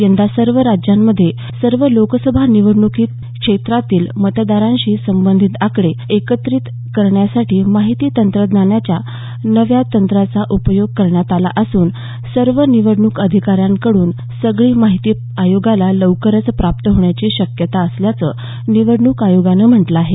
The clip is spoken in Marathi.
यंदा सर्व राज्यांमध्ये सर्व लोकसभा निवडणूक क्षेत्रांतील मतदारांशी संबंधित आकडे एकत्र करण्यासाठी माहिती तंत्रज्ञानाच्या नव्या तंत्राचा उपयोग करण्यात आला असून सर्व निवडणूक अधिकाऱ्यांकडून सगळी माहिती आयोगाला लवकरच प्राप्त होण्याची शक्यता असल्याचं निवडणूक आयोगानं म्हटलं आहे